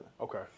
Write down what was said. Okay